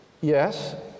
Yes